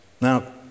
Now